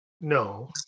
No